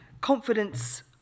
Confidence